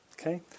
Okay